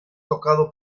tocado